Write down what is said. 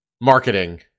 marketing